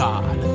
God